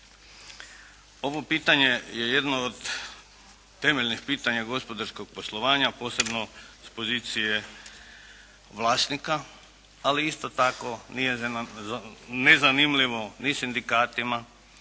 Ovo pitanje je jedno od temeljnih pitanja gospodarskog poslovanja posebno s pozicije vlasnika, ali isto tako nije nezanimljivo ni sindikatima